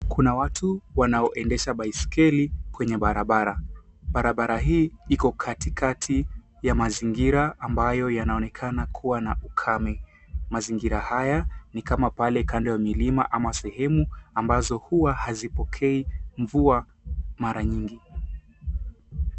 Kuna watu wanaoendesha baiskeli kwenye barabara. Barabara hii iko Katikati ya mazingira ambayo yanaonekana kuwa na ukame. Mzingira haya ni kama pale kando ya milima ama sehemu ambazo huwa hazipokei mvua mara nyingi.